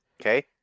Okay